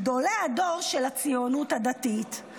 גדולי הדור של הציונות הדתית.